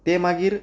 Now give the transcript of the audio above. तें मागीर